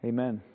Amen